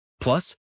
Plus